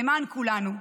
למען כולנו.